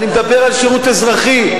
אני מדבר על שירות אזרחי.